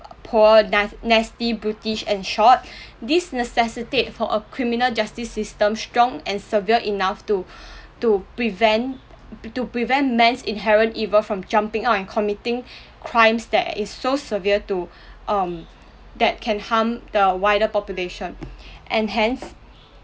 poor nas~ nasty brutish and short this necessitate for a criminal justice system strong and severe enough to to prevent p~ to prevent men's inherent evil from jumping out and committing crimes that is so severe to um that can harm the wider population and hence